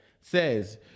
says